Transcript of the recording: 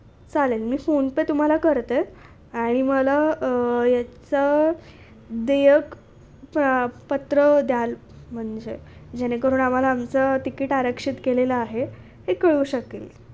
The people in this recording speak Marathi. चालेल मी फोनपे तुम्हाला करते आणि मला याचा देयक प पत्र द्याल म्हणजे जेणेकरून आम्हाला आमचं तिकीट आरक्षित केलेलं आहे हे कळू शकेल